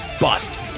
Bust